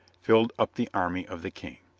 filled up the army of the king.